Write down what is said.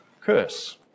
curse